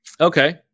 Okay